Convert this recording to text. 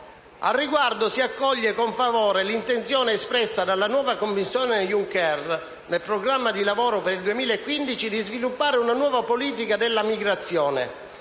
Al riguardo, si accoglie con favore l'intenzione espressa dalla nuova Commissione Juncker nel Programma di lavoro per il 2015 di sviluppare una nuova politica della migrazione